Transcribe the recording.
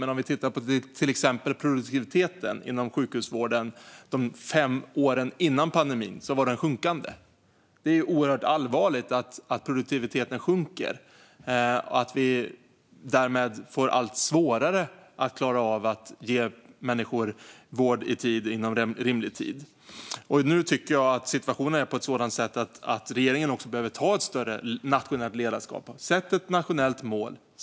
Men om vi tittar på produktiviteten inom sjukhusvården under de fem år som föregick pandemin ser vi att den höll på att minska. Det är oerhört allvarligt att produktiviteten minskar och att vi därmed får allt svårare att ge människor vård i tid och inom rimlig tid. Jag tycker att situationen är sådan att regeringen behöver ha ett större nationellt ledarskap. Sätt ett nationellt mål!